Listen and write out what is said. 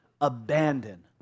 abandon